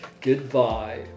goodbye